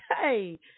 Hey